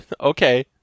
Okay